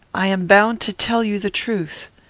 i am bound to tell you the truth.